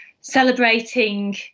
celebrating